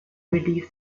release